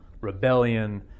rebellion